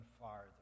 farther